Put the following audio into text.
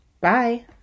Bye